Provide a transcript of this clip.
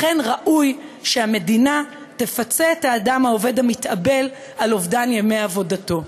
לכן ראוי שהמדינה תפצה את האדם העובד המתאבל על אובדן ימי עבודתו.